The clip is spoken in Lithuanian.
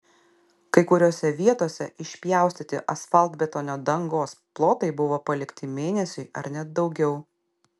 kai kuriose vietose išpjaustyti asfaltbetonio dangos plotai buvo palikti mėnesiui ar net daugiau